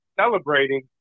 celebrating